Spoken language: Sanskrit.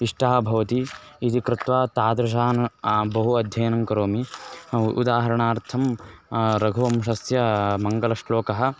इष्टः भवति इति कृत्वा तादृशान् बहु अध्ययनं करोमि उदाहरणार्थं रघुवंशस्य मङ्गलश्लोकः